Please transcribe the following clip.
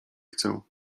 chcę